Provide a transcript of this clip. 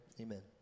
Amen